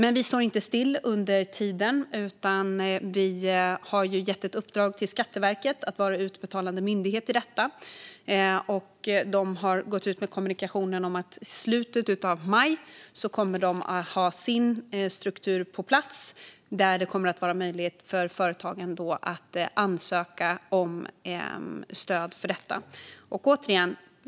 Vi står dock inte still under tiden, utan vi har gett ett uppdrag till Skatteverket att vara utbetalande myndighet i detta. Man har gått ut med kommunikationen att man i slutet av maj kommer att ha sin struktur på plats och att det då kommer att finnas möjlighet för företagen att ansöka om stöd för detta.